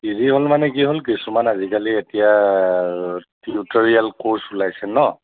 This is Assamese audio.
ইজি হ'ল মানে কি হ'ল কিছুমান আজিকালি এতিয়া টিউটৰিয়েল ক'ৰ্ছ ওলাইছে ন